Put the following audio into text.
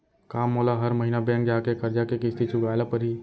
का मोला हर महीना बैंक जाके करजा के किस्ती चुकाए ल परहि?